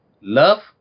love